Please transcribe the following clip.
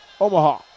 Omaha